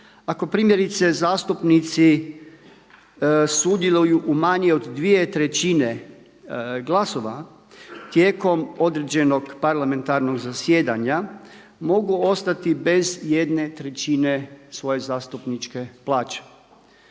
Ako primjerice zastupnici sudjeluju u manje od dvije trećine glasova tijekom određenog parlamentarnog zasjedanja, mogu ostati bez jedne trećine svoje zastupničke plaće.